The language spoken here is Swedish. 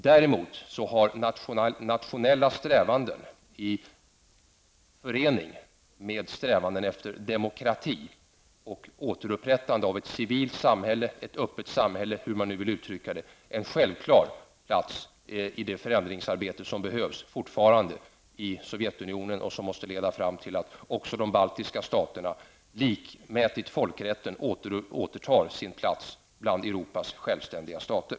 Däremot har nationella strävanden i förening med strävanden efter demokrati och återupprättande av ett civilt samhälle, ett öppet samhälle, hur man nu vill uttrycka det, en självklar plats i det förändringsarbete som fortfarande behövs i Sovjetunionen och som måste leda fram till att också de baltiska staterna likmätigt folkrätten återtar sin plats bland Europas självständiga stater.